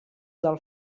del